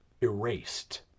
erased